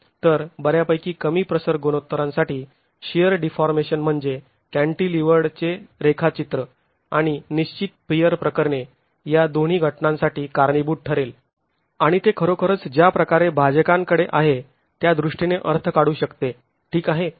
तर बऱ्यापैकी कमी प्रसर गुणोत्तरांसाठी शिअर डीफॉर्मेशन म्हणजे कॅंटीलिव्हर्ड चे रेखाचित्र आणि निश्चित पियर प्रकरणे या दोन्ही घटनांसाठी कारणीभूत ठरेल आणि ते खरोखरच ज्याप्रकारे भाजकांकडे आहे त्यादृष्टीने अर्थ काढू शकते ठीक आहे